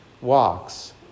walks